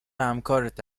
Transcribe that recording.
همکارت